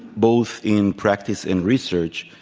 both in practice and research.